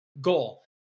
goal